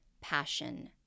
passion